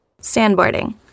Sandboarding